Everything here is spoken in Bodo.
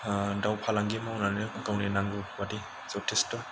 दाउ फालांगि मावनानै गावनि नांगौफोरबायदि जथेसथ'